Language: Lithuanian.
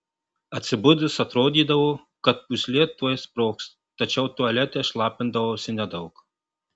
atsibudus atrodydavo kad pūslė tuoj sprogs tačiau tualete šlapindavausi nedaug